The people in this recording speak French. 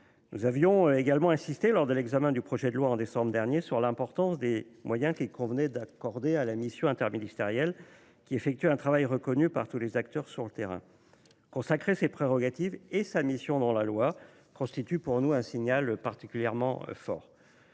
Nous avions insisté, lors de l’examen du projet de loi en décembre dernier, sur l’importance des moyens à accorder à la mission interministérielle, qui effectue un travail reconnu par tous les acteurs sur le terrain. Consacrer ses prérogatives et sa mission dans la loi constitue, à nos yeux, un signal particulièrement fort.